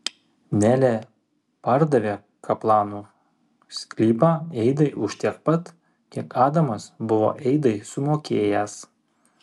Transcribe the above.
nelė pardavė kaplanų sklypą eidai už tiek pat kiek adamas buvo eidai sumokėjęs